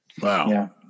Wow